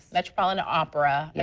metropolitan opera, yeah